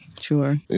Sure